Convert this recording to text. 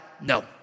no